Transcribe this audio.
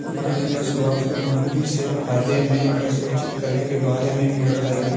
महेश ने सुभाष को नौकरी से फायदे में असुरक्षित कर्ज के बारे में भी बताया